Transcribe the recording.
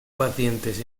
pacientes